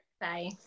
Bye